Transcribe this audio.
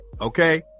Okay